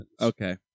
Okay